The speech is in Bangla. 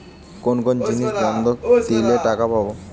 কোন কোন জিনিস বন্ধক দিলে টাকা পাব?